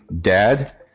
dad